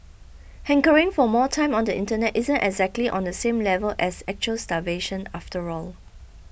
hankering for more time on the Internet isn't exactly on the same level as actual starvation after all